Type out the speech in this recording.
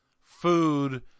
food